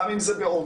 גם אם זה באומיקרון,